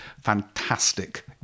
fantastic